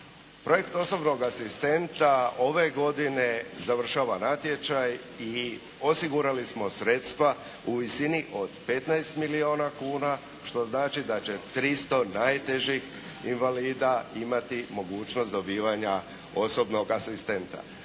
Projekt osobnog asistenta ove godine završava natječaj i osigurali smo sredstva u visini od 15 milijuna kuna što znači da će 300 najtežih invalida imati mogućnost dobivanja osobnog asistenta.